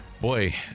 Boy